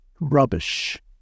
rubbish